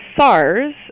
SARS